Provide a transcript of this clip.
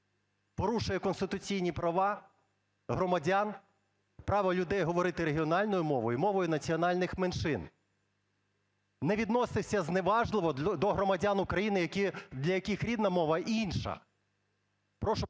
порушує конституційні права громадян, право людей говорити регіональною мовою, мовою національних меншин. Не відносьтеся зневажливо до громадян України, для яких рідна мова – інша.